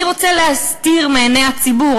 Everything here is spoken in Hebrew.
אני רוצה להסתיר מעיני הציבור,